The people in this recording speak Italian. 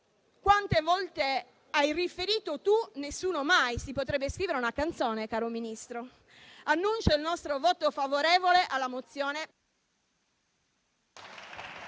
Quante volte hai riferito tu, nessuno mai: si potrebbe scrivere una canzone, signor Ministro. Annuncio il nostro voto favorevole alla mozione